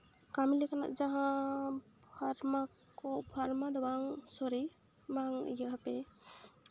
ᱠᱟᱹᱢᱤ ᱞᱮᱠᱟᱱᱟ ᱡᱟᱦᱟᱸ ᱯᱷᱟᱨᱢᱟ ᱠᱚ ᱯᱷᱟᱨᱢᱟ ᱫᱚ ᱵᱟᱝ ᱥᱚᱨᱤ ᱵᱟᱝ ᱦᱟᱯᱮ